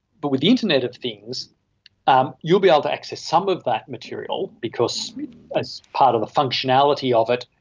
but with the internet of things um you'll be able to access some of that material because as part of the functionality of it,